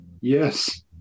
Yes